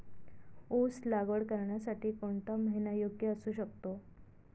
ऊस लागवड करण्यासाठी कोणता महिना योग्य असू शकतो?